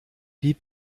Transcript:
die